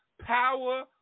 Power